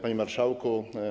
Panie Marszałku!